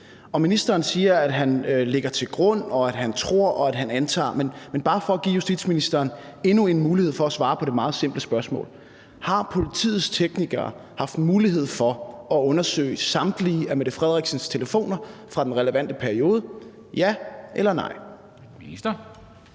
Ministeren siger, at han lægger til grund, og at han tror, og at han antager – men bare for at give justitsministeren endnu en mulighed for at svare på det meget simple spørgsmål: Har politiets teknikere haft mulighed for at undersøge samtlige af statsministerens telefoner fra den relevante periode – ja eller nej? Kl.